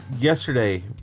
Yesterday